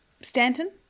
Stanton